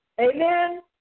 Amen